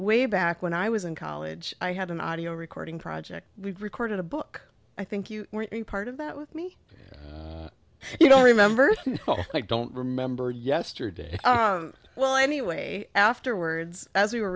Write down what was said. way back when i was in college i had an audio recording project we recorded a book i think you were part of that with me you don't remember i don't remember yesterday well anyway afterwards as we were